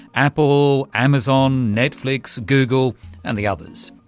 apple, amazon, netflix, google and the others.